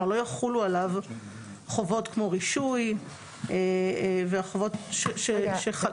לא יחולו עליו דברים כמו: רישוי וחובות שחלות.